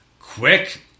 Quick